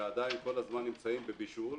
ועדיין כל הזמן נמצאים בבישול.